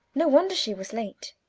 no wonder she was late,